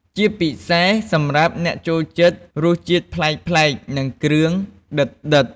ជាពិសេសសម្រាប់អ្នកចូលចិត្តរសជាតិប្លែកៗ និងគ្រឿងដិតៗ។